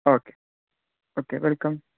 okay okay welcome